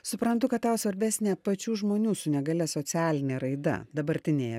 suprantu kad tau svarbesnė pačių žmonių su negalia socialinė raida dabartinėje